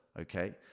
Okay